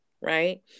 right